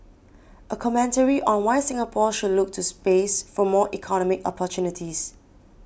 a commentary on why Singapore should look to space for more economic opportunities